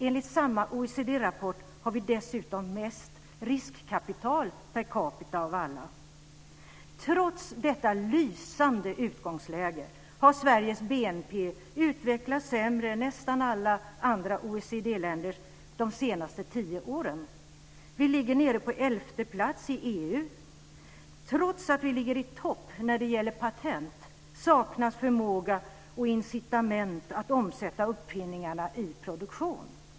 Enligt samma OECD-rapport har vi dessutom mest riskkapital per capita av alla. Trots detta lysande utgångsläge har Sveriges BNP utvecklats sämre än i nästan alla andra OECD-länder under de senaste tio åren. Vi ligger nere på elfte plats i EU. Trots att vi ligger i topp när det gäller patent saknas förmåga och incitament till att omsätta uppfinningarna i produktion.